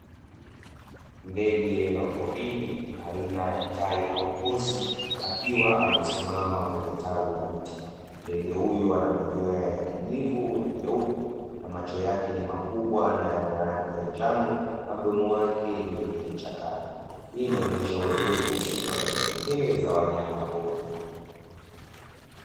Ndege wa porini aina ya tai au pozi akiwa amesimama kwenye tawi la mti, ndege huyu anamanyoya ya kijivu na nyeupe na macho yake ni makubwa na yana rangi ya njano na mdomo wake ni wenye ncha kali. Hii inaonyesha uzuri na sifa za kipekee za wanyama pori.